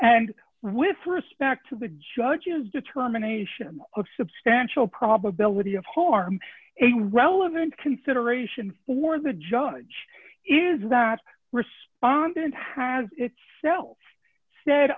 and with respect to the judge's determination of substantial probability of harm a relevant consideration for the judge is that respondent has it's well said